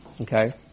okay